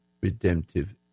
redemptive